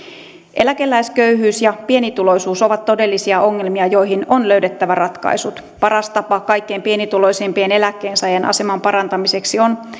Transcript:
eläkeläisköyhyys ja pienituloisuus ovat todellisia ongelmia joihin on löydettävä ratkaisut paras tapa kaikkein pienituloisimpien eläkkeensaajien aseman parantamiseksi on